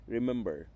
Remember